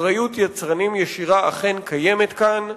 אחריות יצרנים ישירה אכן קיימת כאן,